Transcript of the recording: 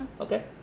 Okay